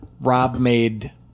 Rob-made